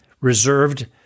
reserved